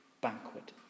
banquet